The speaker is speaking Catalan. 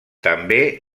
també